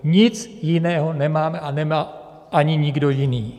Nic jiného nemáme a nemá ani nikdo jiný.